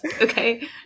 okay